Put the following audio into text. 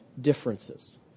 differences